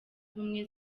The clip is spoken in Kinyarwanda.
ubumwe